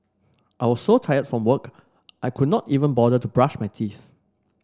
I was so tired from work I could not even bother to brush my teeth